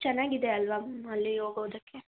ಚೆನ್ನಾಗಿದೆ ಅಲ್ವಾ ಅಲ್ಲಿ ಹೋಗೋದಕ್ಕೆ